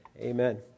amen